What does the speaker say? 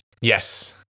Yes